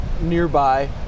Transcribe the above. nearby